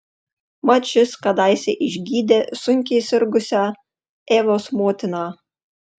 mat šis kadaise išgydė sunkiai sirgusią evos motiną